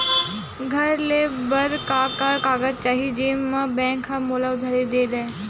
घर ले बर का का कागज चाही जेम मा बैंक हा मोला उधारी दे दय?